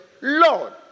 Lord